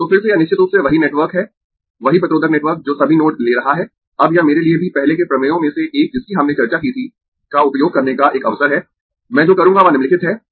तो फिर से यह निश्चित रूप से वही नेटवर्क है वही प्रतिरोधक नेटवर्क जो सभी नोड ले रहा है अब यह मेरे लिए भी पहले के प्रमेयों में से एक जिसकी हमने चर्चा की थी का उपयोग करने का एक अवसर है मैं जो करूंगा वह निम्नलिखित है